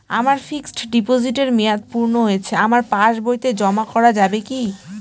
আমার ফিক্সট ডিপোজিটের মেয়াদ পূর্ণ হয়েছে আমার পাস বইতে জমা করা যাবে কি?